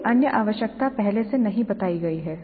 कोई अन्य आवश्यकता पहले से नहीं बताई गई है